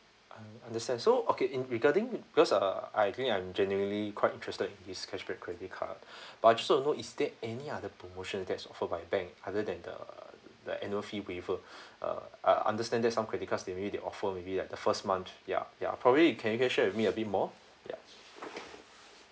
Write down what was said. I understand so okay in regarding because uh I think I'm genuinely quite interested this cashback credit card but I just want to know is there any other promotions that's offered by bank other than the the annual fee waiver uh I understand that some credit card they really offer maybe like the first month ya ya probably can you share with me a bit more ya